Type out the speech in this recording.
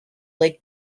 lake